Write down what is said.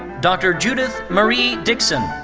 dr. judith marie dickson.